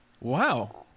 Wow